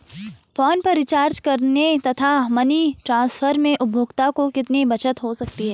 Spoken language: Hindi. फोन पर रिचार्ज करने तथा मनी ट्रांसफर में उपभोक्ता को कितनी बचत हो सकती है?